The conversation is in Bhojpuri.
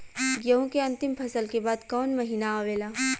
गेहूँ के अंतिम फसल के बाद कवन महीना आवेला?